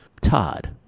Todd